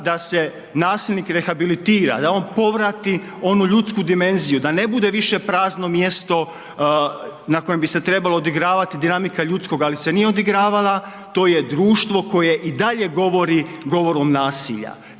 da se nasilnik rehabilitira, da on povrati onu ljudsku dimenziju da ne bude više prazno mjesto na kojem bi se trebala odigravati dinamika ljudskoga ali se nije odigravala, to je društvo koje i dalje govori govorom nasilja.